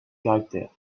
caractère